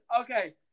Okay